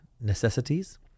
necessities